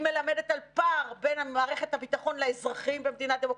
היא מלמדת על פער בין מערכת הביטחון לאזרחים במדינה דמוקרטית.